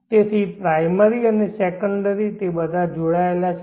તેથી પ્રાઈમરી અને સેકન્ડરી તે બધા જોડાયેલા છે